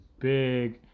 big